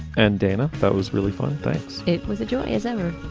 and, dana, that was really fun. thanks. it was a joy as ever.